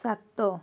ସାତ